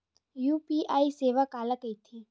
UPI सेवा काला कइथे?